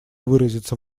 выразиться